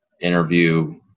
interview